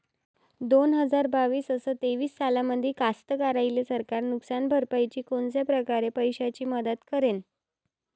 दोन हजार बावीस अस तेवीस सालामंदी कास्तकाराइले सरकार नुकसान भरपाईची कोनच्या परकारे पैशाची मदत करेन?